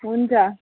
हुन्छ